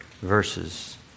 verses